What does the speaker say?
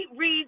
read